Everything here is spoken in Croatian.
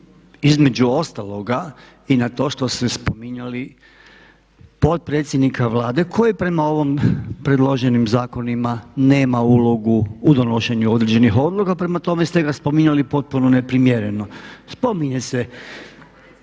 između ostaloga i na to što ste spominjali potpredsjednika Vlade koji je prema ovim predloženim zakonima nema ulogu u donošenju određenih odluka. Prema tome ste ga spominjali potpuno neprimjereno. Spominje se,